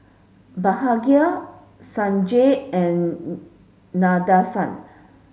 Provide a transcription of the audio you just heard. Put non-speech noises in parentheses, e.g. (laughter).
Bhagat Sanjeev and (unintelligible) Nadesan